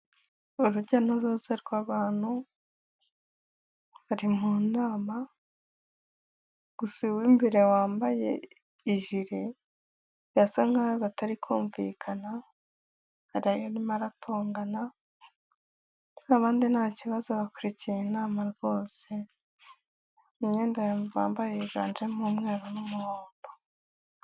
Urujya n'uruza rw'abantu bari mu nama, gusa uw'imbere wambaye ijire basa nkaho batari kumvikana, yari arimo aratongana, abandi nta kibazo bakurikiye inama rwose, imyenda bambaye yivanzemo umweru n'umuhondo.